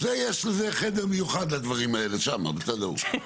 יש חדר מיוחד לדברים האלה, שם, בצד ההוא.